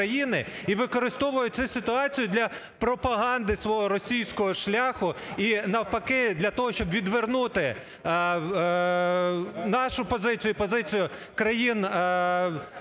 і використовує цю ситуацію для пропаганди свого російського шляху і навпаки для того, щоб відвернути нашу позицію і позицію країн